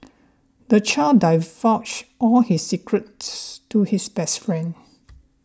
the child divulged all his secrets to his best friend